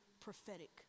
prophetic